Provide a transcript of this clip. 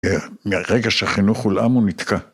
‫כן, מהרגע שהחינוך מולם הוא נתקע.